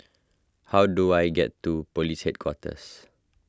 how do I get to Police Headquarters